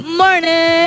morning